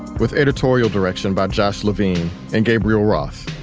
with editorial direction by josh levin and gabriel roth.